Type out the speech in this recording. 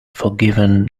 forgiven